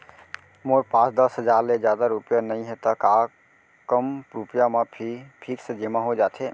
मोर पास दस हजार ले जादा रुपिया नइहे त का कम रुपिया म भी फिक्स जेमा हो जाथे?